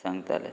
सांगताले